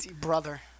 brother